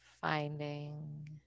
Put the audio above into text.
finding